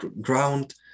ground